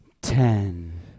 Ten